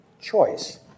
choice